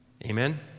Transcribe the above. Amen